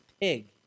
pig